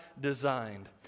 designed